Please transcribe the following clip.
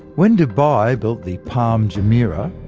when dubai built the palm jemeirah,